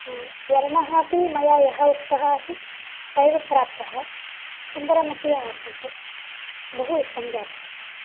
वर्णः अपि यः मया उक्तः आसीत् स एव प्राप्तः सुन्दरमपि आसीत् बहु इष्टं जातमस्ति